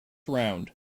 round